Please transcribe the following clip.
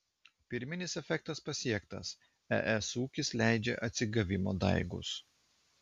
pirminis efektas pasiektas es ūkis leidžia atsigavimo daigus